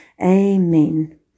Amen